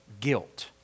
guilt